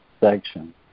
section